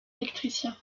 électricien